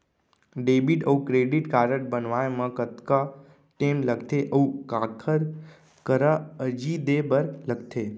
Debit अऊ credit card बनवाए मा कतका टेम लगथे, अऊ काखर करा अर्जी दे बर लगथे?